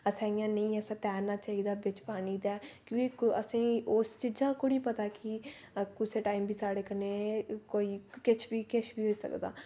असें इयां नेई असें तैरना चाहिदा बिच पानी दे क्योंकि असें उस चीजा खोड़ी पता कि कुसा टाइम बी साढ़े कन्नै कोई किश बी किश बी होई सकदा